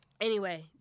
Anyway-